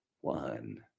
one